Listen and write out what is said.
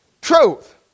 Truth